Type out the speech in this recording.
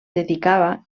dedicava